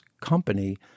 company